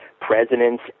presidents